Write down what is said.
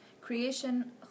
Creation